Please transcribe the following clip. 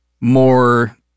more